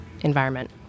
environment